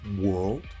world